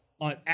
on